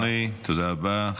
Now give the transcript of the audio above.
אדוני, תודה רבה.